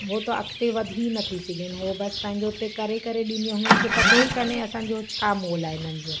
उहो त अॻिते वधी न थी सघनि उहो बस पंहिंजो हुते करे करे ॾींदी आहिनि हुननि खे पतो ई काने असांजो छा मोल आहे हिननि जो